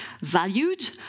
valued